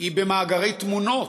היא במאגרי תמונות,